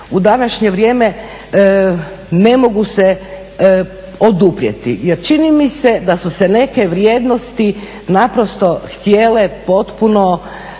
u današnje vrijeme ne mogu se oduprijeti. Jer čini mi se da su se neke vrijednosti naprosto htjele potpuno